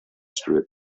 strip